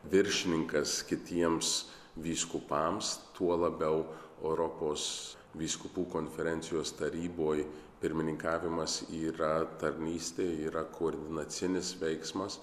viršininkas kitiems vyskupams tuo labiau europos vyskupų konferencijos taryboj pirmininkavimas yra tarnystė yra kordinacinis veiksmas